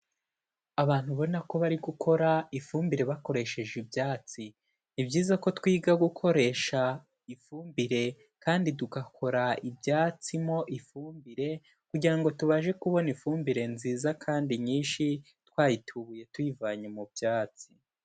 Abantu ubona ko bari gukora ifumbire bakoresheje ibyatsi, ni byiza ko twiga gukoresha ifumbire kandi tugakora ibyatsi mo ifumbire, kugira ngo tubashe kubona ifumbire nziza kandi nyinshi twayitubuye tuyivanye mu byatsi.